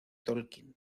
tolkien